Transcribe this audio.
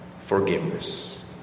forgiveness